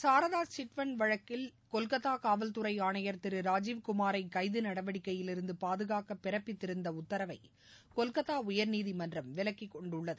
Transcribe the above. Saradha chit fund வழக்கில் கொல்கத்தா காவல்துறை ஆணையா் திரு ராஜுவ் குமாரை கைது நடவடிக்கையிலிருந்து பாதுகாக்க பிறப்பித்திருந்த உத்தரவை கொல்கத்தா உயர்நீதிமன்றம் விலக்கி கொண்டுள்ளது